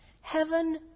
Heaven